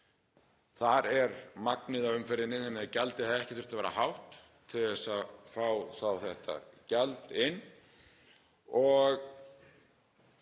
Þar er magnið af umferðinni þannig að gjaldið hefði ekki þurft að vera hátt til að fá þetta gjald inn.